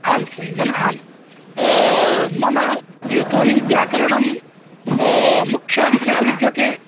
आम् श्रीमन् आम् मम यतोऽहि व्याकरणंं मुख्यविषयः विद्यते